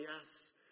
yes